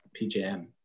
PJM